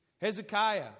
Hezekiah